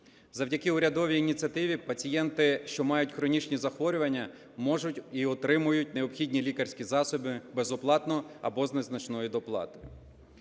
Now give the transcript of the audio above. Завдяки урядовій ініціативі пацієнти, що мають хронічні захворювання, можуть і отримують необхідні лікарські засоби безоплатно або з незначною доплатою.